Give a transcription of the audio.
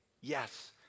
Yes